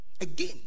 Again